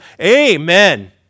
Amen